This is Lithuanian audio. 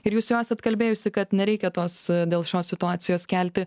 ir jūs jau esat kalbėjusi kad nereikia tos dėl šios situacijos kelti